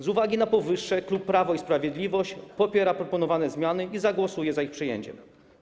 Z uwagi na powyższe klub Prawo i Sprawiedliwość popiera proponowane zmiany i zagłosuje za ich przyjęciem.